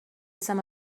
some